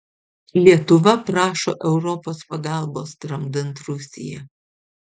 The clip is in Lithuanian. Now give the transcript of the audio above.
lietuva prašo europos pagalbos tramdant rusiją